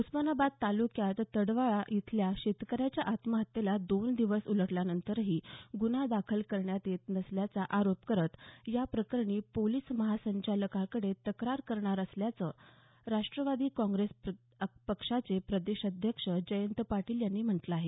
उस्मानाबाद तालुक्यातल्या तडवळे इथल्या शेतकऱ्याच्या आत्महत्येला दोन दिवस उलटल्यानंतरही गुन्हा दाखल करण्यात येत नसल्याचा आग्नोप करत या प्रकरणी पोलीस महासंचालकांकडे तक्रार करणार असल्याचं राष्ट्रवादी काँग्रेस पक्षाचे प्रदेशाध्यक्ष जयंत पाटील यांनी म्हटलं आहे